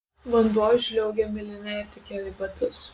vanduo žliaugė miline ir tekėjo į batus